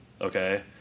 okay